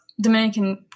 Dominican